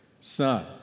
son